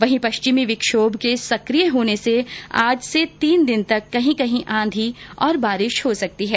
वहीं पश्चिमी विक्षोभ के संक्रिय होने से आज से अगले तीन दिन कहीं कहीं आंधी और बारिश भी हो सकती है